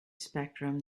spectrum